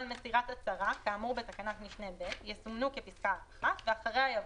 מסירת הצהרה כאמור בתקנת משנה (ב)" יסומנו כפסקה (1) ואחריה יבוא: